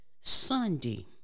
Sunday